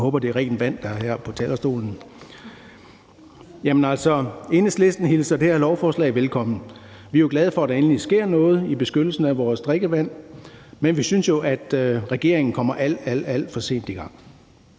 Jeg håber, det er rent vand, der er her på talerstolen! Enhedslisten hilser det her lovforslag velkommen. Vi er glade for, at der endelig sker noget med beskyttelsen af vores drikkevand, men vi synes, at regeringen kommer alt, alt for sent i gang.